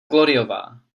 gloryová